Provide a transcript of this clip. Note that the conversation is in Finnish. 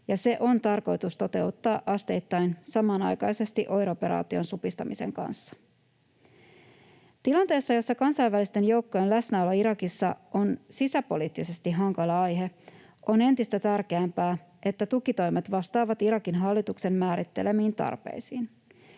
ja se on tarkoitus toteuttaa asteittain samanaikaisesti OIR-operaation supistamisen kanssa. Tilanteessa, jossa kansainvälisten joukkojen läsnäolo Irakissa on sisäpoliittisesti hankala aihe, on entistä tärkeämpää, että tukitoimet vastaavat Irakin hallituksen määrittelemiin tarpeisiin.